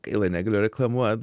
gaila negaliu reklamuot